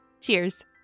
Cheers